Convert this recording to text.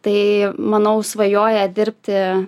tai manau svajoja dirbti